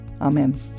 amen